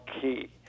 key